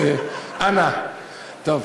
אז אנא טוב,